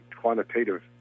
quantitative